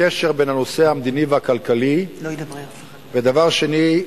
הקשר בין הנושא המדיני והכלכלי, והדבר שני,